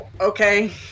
Okay